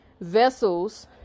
vessels